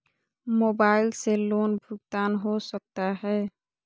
Mobile से loan भुगतान हो सकता है?